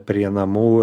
prie namų